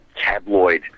tabloid